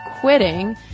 quitting